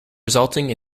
resulting